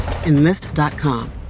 Enlist.com